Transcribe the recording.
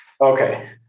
Okay